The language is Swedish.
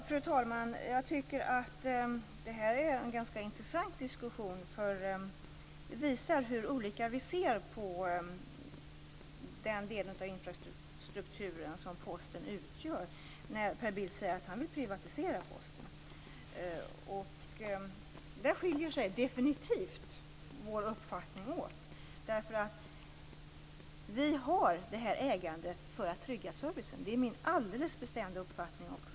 Fru talman! Jag tycker att detta är en ganska intressant diskussion, eftersom den visar hur olika vi ser på den delen av infrastrukturen som Posten utgör när Per Bill säger att han vill privatisera Posten. Där skiljer sig definitivt våra uppfattningar åt. Vi har detta ägande för att trygga servicen. Det är min alldeles bestämda uppfattning.